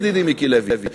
ידידי מיקי לוי,